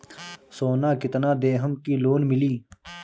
सोना कितना देहम की लोन मिली?